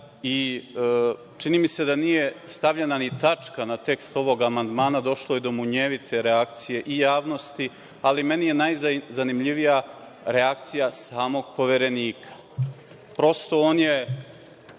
Čini mi se da nije stavljena ni tačka na tekst ovog amandmana i došlo je do munjevite reakcije javnosti, ali meni je najzanimljivija reakcija samog Poverenika. On je